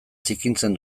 zikintzen